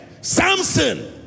Samson